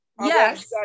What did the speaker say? Yes